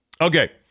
Okay